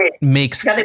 makes